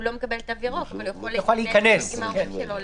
הוא לא מקבל תו ירוק אבל הוא יכול להיכנס עם ההורים שלו.